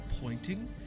pointing